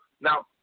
Now